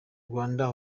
rwanda